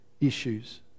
issues